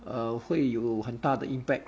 err 会有很大的 impact